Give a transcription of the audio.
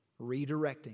redirecting